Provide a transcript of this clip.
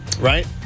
right